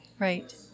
Right